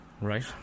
Right